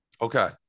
Okay